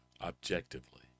objectively